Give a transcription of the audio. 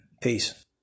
peace